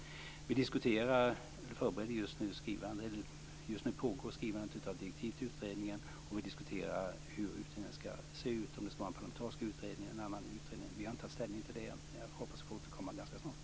Just nu pågår skrivandet av direktiv till utredningen. Vi diskuterar hur utredningen skall se ut, om det skall vara en parlamentarisk eller någon annan utredning. Vi har inte tagit ställning till detta än, men jag hoppas att få återkomma ganska snart.